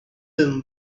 him